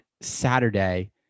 Saturday